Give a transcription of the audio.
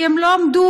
כי הם לא עמדו,